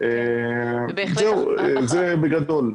זה בגדול.